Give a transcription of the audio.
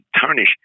tarnish